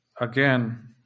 again